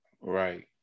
Right